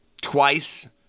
twice